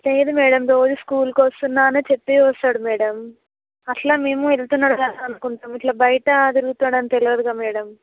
లేదు మేడమ్ రోజు స్కూల్కొస్తున్నా అనే చెప్పి వస్తాడు మేడమ్ అట్లా మేము వెళ్తున్నాడు కదా అనుకుంటాం మేడమ్ ఇట్లా బయట తిరుగుతాడని తెలవదుగా మేడమ్